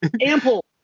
ample